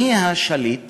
מי השליט